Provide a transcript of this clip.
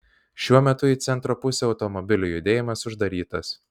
šiuo metu į centro pusę automobilių judėjimas uždarytas